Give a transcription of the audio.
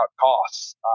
costs